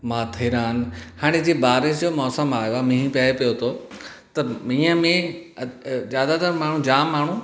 माथेरान हाणे जीअं बारिश जो मौसम आहियो आहे मींहं पए पियो थो त मींहं में ज़्यादातर माण्हू जाम माण्हू